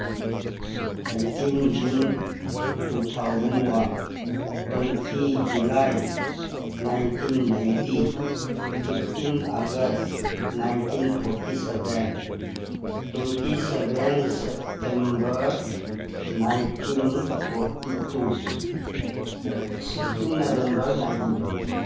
eighteen June two thousand one twenty July nineteen ninety fifteen August nineteen forty seven twenty seven September nineteen forty two sixteen November ninety twenty